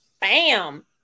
Bam